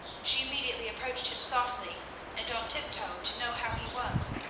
she immediately approached him softly and on tiptoe to know how he was.